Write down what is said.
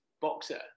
boxer